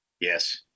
Yes